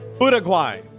Uruguay